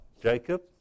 jacob